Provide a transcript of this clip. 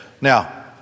Now